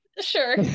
Sure